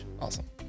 Awesome